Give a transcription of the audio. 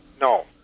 No